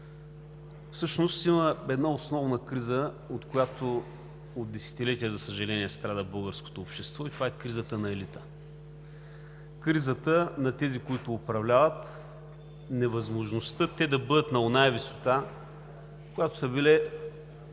Всъщност има една основна криза, от която от десетилетия, за съжаление, страда българското общество. И това е кризата на елита – кризата на тези, които управляват, невъзможността те да бъдат на онази висота, на която са били